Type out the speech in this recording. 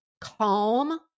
calm